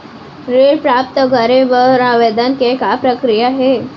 ऋण प्राप्त करे बर आवेदन के का प्रक्रिया हे?